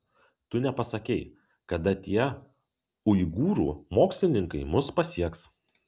tu nepasakei kada tie uigūrų mokslininkai mus pasieks